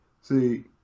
see